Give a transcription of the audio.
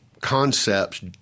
concepts